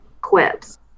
quips